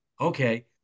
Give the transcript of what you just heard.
okay